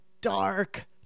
dark